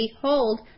Behold